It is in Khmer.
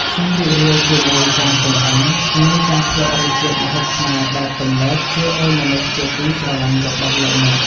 សូមរីករាយជាមួយការចម្អិននិងការភ្លក់រសជាតិម្ហូបខ្មែរបែបទំនើបជាមួយមនុស្សជាទីស្រឡាញ់របស់លោកអ្នក។